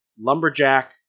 Lumberjack